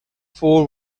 fore